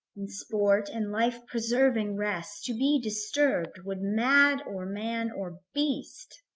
in sport, and life-preserving rest, to be disturb'd would mad or man or beast.